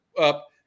up